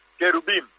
Kerubim